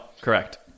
correct